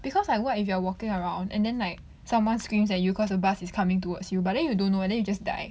because like what if you are walking around and then like someone screams at you cause the bus is coming towards you but then you don't know and then you just die